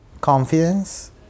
confidence